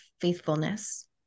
faithfulness